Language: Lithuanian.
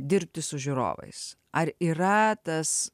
dirbti su žiūrovais ar yra tas